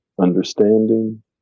understanding